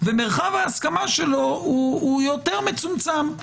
ומרחב ההסכמה שלו הוא יותר מצומצם.